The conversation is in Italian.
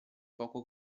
poco